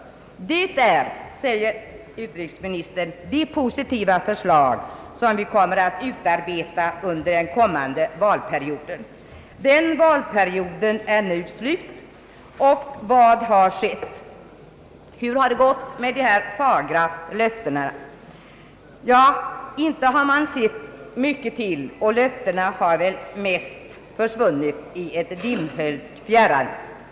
Det är, sade utrikesministern, de positiva förslag som vi kommer att utarbeta under den kommande valperioden. Den valperioden är nu slut, och vad har skett? Hur har det gått med dessa fagra löften? De har mest försvunnit i ett dimhöljt fjärran.